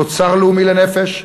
תוצר לאומי לנפש,